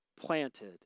planted